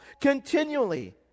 continually